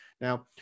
Now